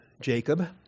Jacob